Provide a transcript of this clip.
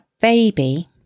baby